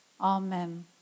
Amen